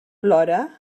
plora